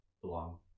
belong